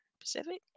Pacific